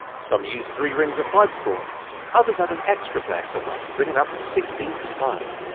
some use three rings of five spawns, others add an extra player somewhere to bring it up to sixteen per side.